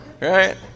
right